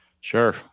Sure